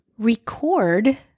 record